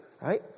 right